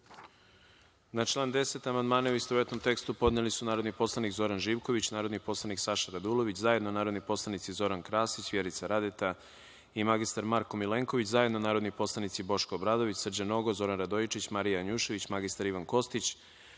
Na član 10. amandmane u istovetnom tekstu podneli su narodni poslanik Zoran Živković, narodni poslanik Saša Radulović, zajedno narodni poslanici Zoran Krasić, Vjerica Radeta i mr Marko Milenković, zajedno narodni poslanici Boško Obradović, Srđan Nogo, Zoran Radojičić, Marija Janjušević, mr Ivan Kostić,